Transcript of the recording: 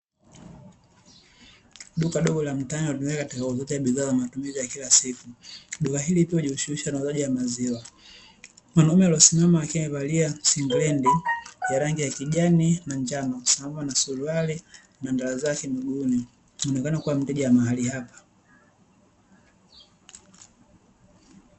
Duka dogo la mtaani la kuuza bidhaa ya matumizi ya kila siku, duka hili likiwa linajiishughulisha na uuzajiwa maziwa, mwanaume aliyesimama akiwa amevalia singrendi ya rangi ya kijani na njano sambamba na suruali na ndala zake miguuni inaonekana kuwa nimteja wa mahali hapa.